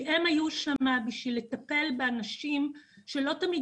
הם היו שם בשביל לטפל באנשים שלא תמיד